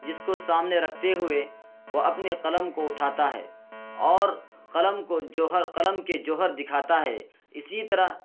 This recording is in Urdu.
جس کو سامنے رکھتے ہوئے وہ اپنے قلم کو اٹھاتا ہے اور قلم کو جوہر قلم کے جوہر دکھاتا ہے اسی طرح